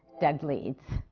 doug leeds.